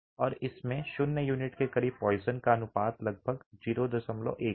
और इसमें 0 यूनिट के करीब पोइसन का अनुपात लगभग 01 है